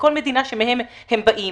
מכל מדינה שממנה הם באים,